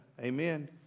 Amen